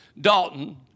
Dalton